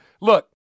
Look